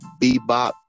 bebop